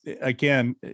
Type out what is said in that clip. again